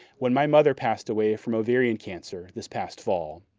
when my mother passed away from ovarian cancer this past fall,